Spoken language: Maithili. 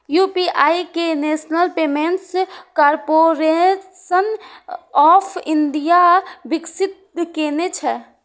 यू.पी.आई कें national payments corporation of India विकसित केने छै